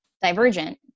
Divergent